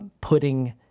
putting